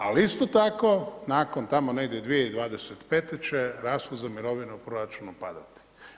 Ali isto tako nakon tamo negdje 2025. će rashod za mirovinu u proračunu padati.